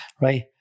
right